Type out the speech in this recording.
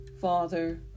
Father